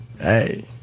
hey